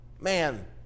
Man